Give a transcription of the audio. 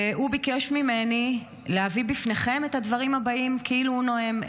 והוא ביקש ממני להביא בפניכם את הדברים הבאים כאילו הוא נואם,